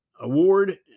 award